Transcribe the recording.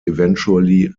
eventually